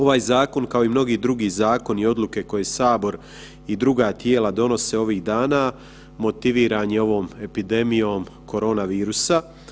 Ovaj zakon kao i mnogi drugi zakoni i odluke koje Sabor i druga tijela donose ovih dana motiviran je ovom epidemijom korona virusa.